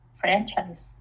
franchise